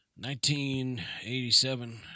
1987